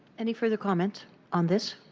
any further comments on this?